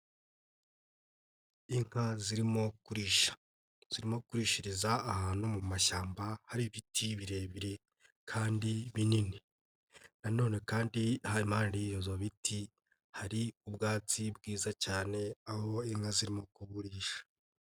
Inka zirimo kurisha zirimo kurishiriza ahantu mu mashyamba hari ibiti birebire kandi binini na none kandi aha impande y'ibyo biti hari ubwatsi bwiza cyane aho inka zirimo kuburisha.